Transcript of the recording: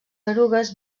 erugues